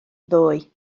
ddoe